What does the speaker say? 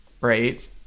Right